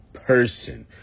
person